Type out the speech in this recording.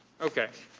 okay.